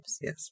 Yes